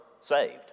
saved